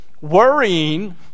worrying